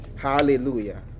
Hallelujah